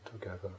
together